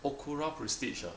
okura prestige ah